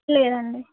లేదండి